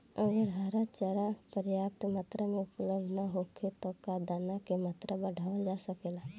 अगर हरा चारा पर्याप्त मात्रा में उपलब्ध ना होखे त का दाना क मात्रा बढ़ावल जा सकेला?